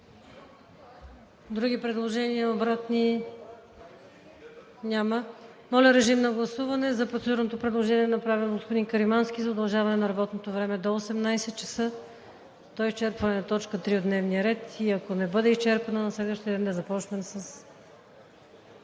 Други предложения, обратни? Няма. Моля, режим на гласуване за процедурното предложение, направено от господин Каримански, за удължаване на работното време до 18,00 ч., до изчерпване на точка три от дневния ред и ако не бъде изчерпана, на следващия ден да започнем с